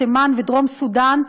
תימן ודרום סודאן,